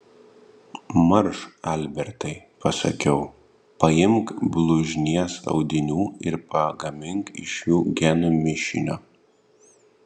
marš albertai pasakiau paimk blužnies audinių ir pagamink iš jų genų mišinio